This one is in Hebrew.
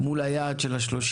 איפה זה עומד מול היעד של ה-30%.